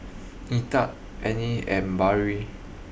Edith Anne and Barrie